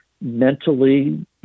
mentally